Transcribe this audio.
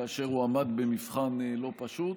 כאשר הוא עמד במבחן לא פשוט.